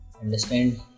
Understand